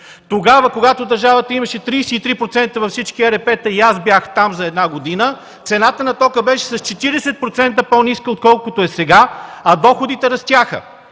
Когато държавата имаше 33% във всички ЕРП-та и аз бях там за една година, цената на тока беше с 40% по-ниска отколкото е сега, а доходите растяха.